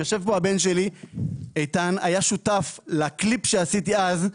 יושב פה הבן שלי איתן, היה שותף לקליפ שעשיתי אז.